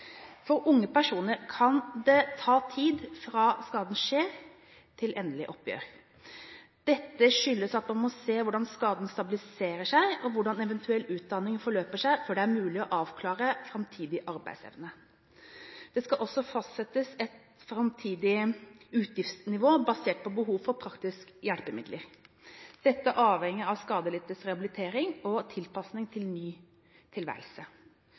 For unge personer kan det ta tid fra skaden skjer til endelig oppgjør. Dette skyldes at man må se hvordan skaden stabiliserer seg og hvordan eventuell utdanning forløper seg før det er mulig å avklare framtidig arbeidsevne. Det skal også fastsettes et framtidig utgiftsnivå basert på behovet for praktiske hjelpemidler. Dette avhenger av skadelidtes rehabilitering og tilpasning til ny tilværelse.